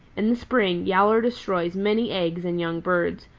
in the spring yowler destroys many eggs and young birds,